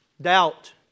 Doubt